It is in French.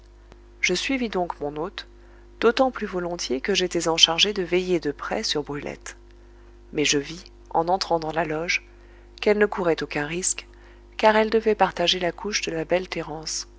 je suivis donc mon hôte d'autant plus volontiers que j'étais enchargé de veiller de près sur brulette mais je vis en entrant dans la loge qu'elle ne courait aucun risque car elle devait partager la couche de la belle